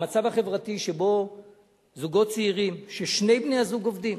המצב החברתי שבו זוגות צעירים ששני בני-הזוג עובדים,